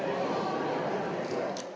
Hvala